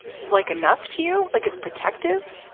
like enough to you, like it's protective?